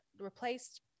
replaced